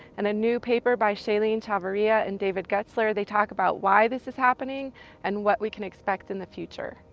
and a new paper by shaleene chavarria and david gutzler, they talk about why this is happening and what we can expect in the future.